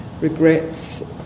regrets